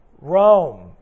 Rome